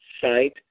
site